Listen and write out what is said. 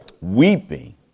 Weeping